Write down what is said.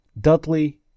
Dudley